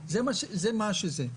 זה מה שזה.